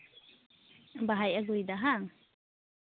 ᱵᱟᱦᱟᱭ ᱟᱹᱜᱩᱭᱮᱫᱟ ᱦᱮᱸᱵᱟᱝ